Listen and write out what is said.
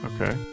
Okay